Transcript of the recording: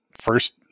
first